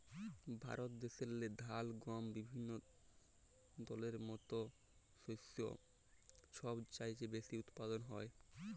ভারত দ্যাশেল্লে ধাল, গহম বিভিল্য দলের মত শস্য ছব চাঁয়ে বেশি উৎপাদল হ্যয়